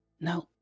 no